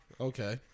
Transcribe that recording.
Okay